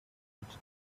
reach